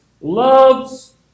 loves